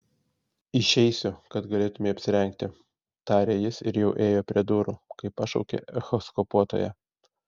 išeisiu kad galėtumei apsirengti tarė jis ir jau ėjo prie durų kai pašaukė echoskopuotoja